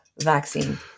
vaccine